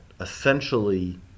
essentially